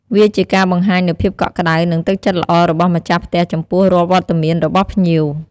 វាជាការបង្ហាញនូវភាពកក់ក្ដៅ និងទឹកចិត្តល្អរបស់ម្ចាស់ផ្ទះចំពោះរាល់វត្តមានរបស់ភ្ញៀវ។